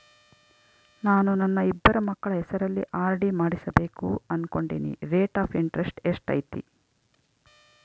ನಾನು ನನ್ನ ಇಬ್ಬರು ಮಕ್ಕಳ ಹೆಸರಲ್ಲಿ ಆರ್.ಡಿ ಮಾಡಿಸಬೇಕು ಅನುಕೊಂಡಿನಿ ರೇಟ್ ಆಫ್ ಇಂಟರೆಸ್ಟ್ ಎಷ್ಟೈತಿ?